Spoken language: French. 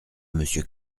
monsieur